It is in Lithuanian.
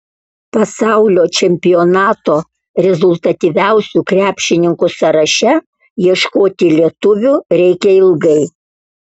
pasaulio čempionato rezultatyviausių krepšininkų sąraše ieškoti lietuvių reikia ilgai